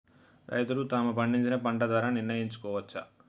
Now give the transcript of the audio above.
రైతులు తాము పండించిన పంట ధర నిర్ణయించుకోవచ్చా?